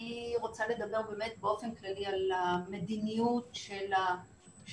אני רוצה לדבר באמת באופן כללי על המדיניות של הפיצויים